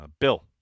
Bill